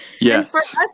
yes